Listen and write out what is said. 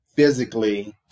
Physically